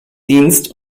dienst